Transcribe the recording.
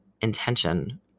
intention